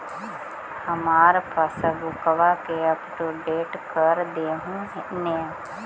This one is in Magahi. हमार पासबुकवा के अपडेट कर देहु ने?